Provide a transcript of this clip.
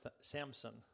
Samson